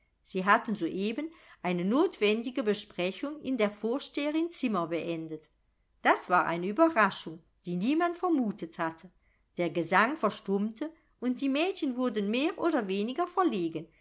sie hatten soeben eine notwendige besprechung in der vorsteherin zimmer beendet das war eine ueberraschung die niemand vermutet hatte der gesang verstummte und die mädchen wurden mehr oder weniger verlegen